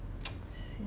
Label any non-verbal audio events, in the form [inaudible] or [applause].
[noise] sian